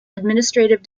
administrative